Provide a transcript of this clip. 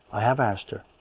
i have asked her.